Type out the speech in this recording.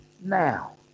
now